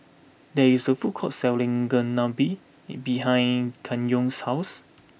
there is a food court selling Chigenabe behind Kenyon's house